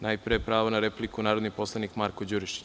Najpre pravo na repliku narodni poslanik Marko Đurišić.